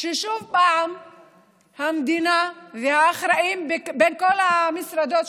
ששוב המדינה והאחראים בכל המשרדים